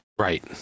Right